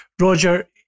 Roger